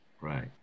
Right